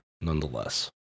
nonetheless